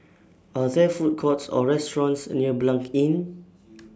Are There Food Courts Or restaurants near Blanc Inn